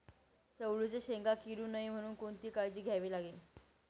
चवळीच्या शेंगा किडू नये म्हणून कोणती काळजी घ्यावी लागते?